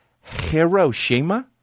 Hiroshima